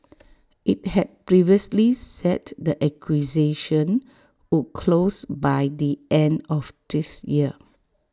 IT had previously said the acquisition would close by the end of this year